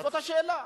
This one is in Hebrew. זאת השאלה,